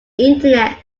internet